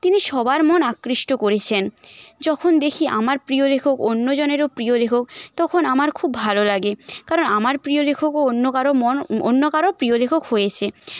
তিনি সবার মন আকৃষ্ট করেছেন যখন দেখি আমার প্রিয় লেখক অন্যজনেরও প্রিয় লেখক তখন আমার খুব ভালো লাগে কারণ আমার প্রিয় লেখকও অন্য কারও মন অন্য কারও প্রিয় লেখক হয়েছে